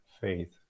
faith